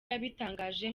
yabitangaje